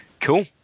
Cool